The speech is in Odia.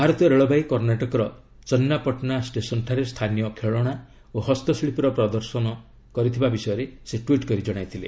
ଭାରତୀୟ ରେଳବାଇ କର୍ଷ୍ଣାଟକର ଚନ୍ନାପଟନା ଷ୍ଟେସନ୍ଠାରେ ସ୍ଥାନୀୟ ଖେଳନା ଓ ହସ୍ତଶିଳ୍ପୀର ପ୍ରଦର୍ଶନୀ କରିଥିବା ବିଷୟରେ ସେ ଟ୍ୱିଟ୍ କରି ଜଣାଇଥିଲେ